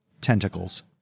Tentacles